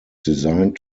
designed